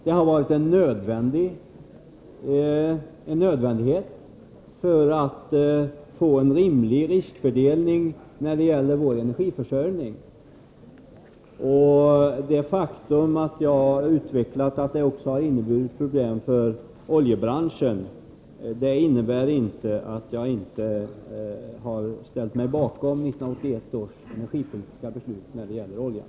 Det har varit nödvändigt för att få en rimlig riskfördelning i vår energiförsörjning. Det faktum att jag har utvecklat att detta också har inneburit problem för oljebranschen innebär inte, att jag inte har ställt mig bakom 1981 års energipolitiska beslut beträffande oljan.